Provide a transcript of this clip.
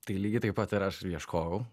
tai lygiai taip pat ir aš ieškojau